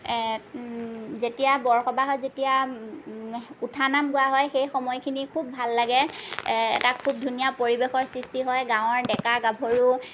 যেতিয়া বৰ সবাহত যেতিয়া উঠা নাম গোৱা হয় সেই সময়খিনি খুব ভাল লাগে এটা খুব ধুনীয়া পৰিৱেশৰ সৃষ্টি হয় গাঁৱৰ ডেকা গাভৰু